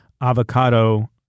avocado